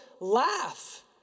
laugh